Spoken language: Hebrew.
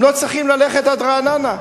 הם לא צריכים ללכת עד רעננה.